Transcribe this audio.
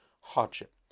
hardship